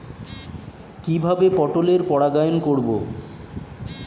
কিভাবে পটলের পরাগায়ন করব?